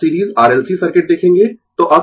अब series R L C circuit देखेंगें